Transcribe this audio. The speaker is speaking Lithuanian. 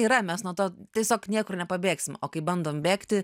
yra mes nuo to tiesiog niekur nepabėgsim o kai bandom bėgti